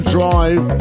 Drive